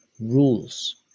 rules